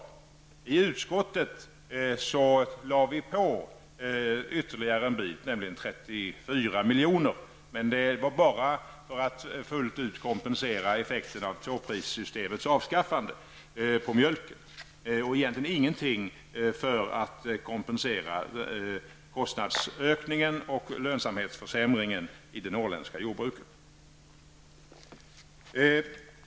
I utskottet lade vi på 34 miljoner, men det var bara för att fullt ut kompensera effekten av avskaffandet av tvåprissystemet på mjölken. Vi lade egentligen inte på någonting för att kompensera kostnadsökningen och lönsamhetsförsämringen i det norrländska jordbruket.